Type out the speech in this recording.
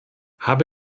habe